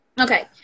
Okay